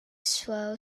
swell